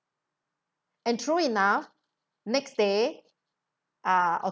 and true enough next day uh